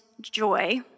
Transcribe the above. joy